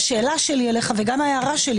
השאלה שלי וההערה שלי,